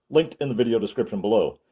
linked in the video description below.